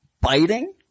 biting